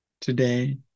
today